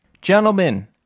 Gentlemen